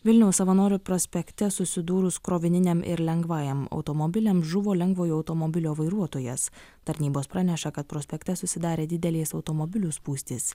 vilniaus savanorių prospekte susidūrus krovininiam ir lengvajam automobiliams žuvo lengvojo automobilio vairuotojas tarnybos praneša kad prospekte susidarė didelės automobilių spūstys